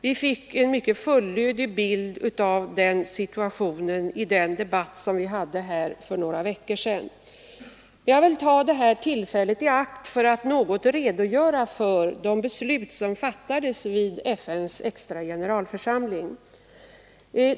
Vi fick en mycket fullödig bild av den situationen i debatten här för ett par veckor sedan. Jag vill ta det här tillfället i akt för att något redogöra för de beslut som fattades vid FN:s extra generalförsamling.